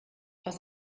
aus